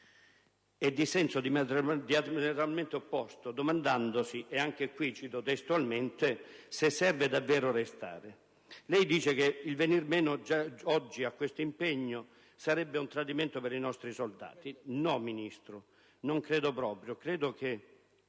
e di senso diametralmente opposto, domandandosi, cito sempre testualmente, «se serve davvero restare». Lei dice che il venir meno oggi a questo impegno sarebbe un tradimento per i nostri soldati. No, Ministro, non credo proprio. Credo che